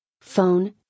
Phone